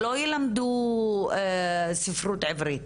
שלא ילמדו ספרות עברית,